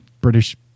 british